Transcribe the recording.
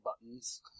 buttons